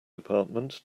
department